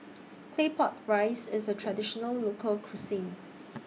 Claypot Rice IS A Traditional Local Cuisine